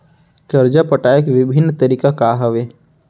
करजा पटाए के विभिन्न तरीका का हवे?